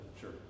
sure